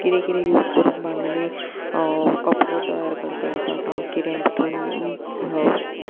किदें किदें यूज करून बांदनी कपडो तयार करता ताका किदें भितून